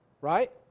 right